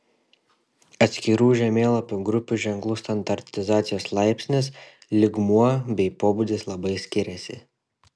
atskirų žemėlapių grupių ženklų standartizacijos laipsnis lygmuo bei pobūdis labai skiriasi